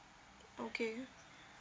okay